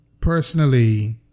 Personally